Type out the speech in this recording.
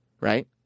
Right